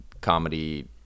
comedy